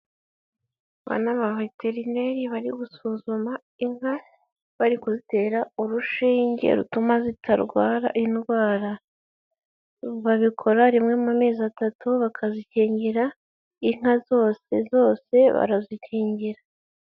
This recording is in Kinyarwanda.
Aba ni abaveterineri bari gusuzuma inka bari kuzitera urushinge rutuma zitarwara indwara, babikora rimwe mu mezi atatu bakazikingira, inka zose zose barazikingira.